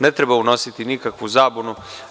Ne treba unositi nikakvu zabunu.